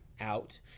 Out